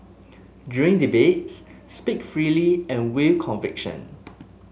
during debates speak freely and with conviction